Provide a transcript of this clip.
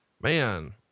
man